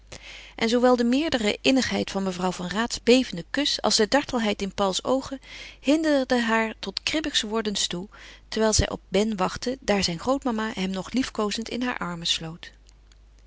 en zoowel de meerdere innigheid van mevrouw van raats bevenden kus als de dartelheid in pauls oogen hinderde haar tot kribbig wordens toe terwijl zij op ben wachtte daar zijn grootmama hem nog liefkoozend in haar armen sloot